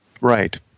Right